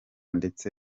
ndetse